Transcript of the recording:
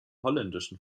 holländischen